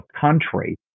country